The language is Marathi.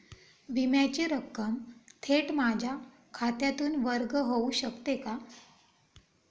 विम्याची रक्कम थेट माझ्या खात्यातून वर्ग होऊ शकते का?